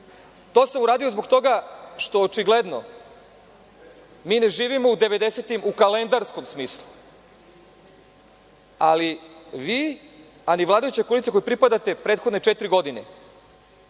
To sam uradio zbog toga što očigledno mi ne živimo u 90-im, u kalendarskom smislu, ali vi, a ni vladajuća koalicija kojoj pripadate prethodne četiri godine,